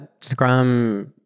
Scrum